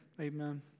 amen